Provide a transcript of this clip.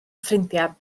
ffrindiau